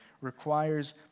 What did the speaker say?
requires